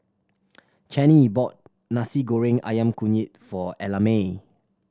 Channie bought Nasi Goreng Ayam Kunyit for Ellamae